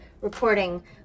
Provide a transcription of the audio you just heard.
reporting